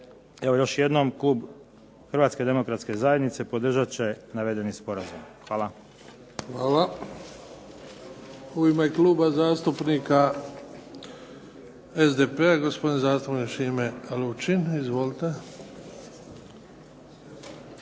Evo, još jednom Klub Hrvatske demokratske zajednice podržat će navedeni sporazum. Hvala. **Bebić, Luka (HDZ)** Hvala. U Ime Kluba zastupnika SDP-a gospodin zastupnik Šime LUčin. Izvolite.